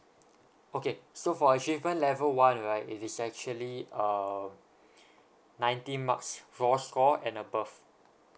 okay so for achievement level one right it is actually um ninety marks for all score and above